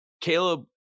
Caleb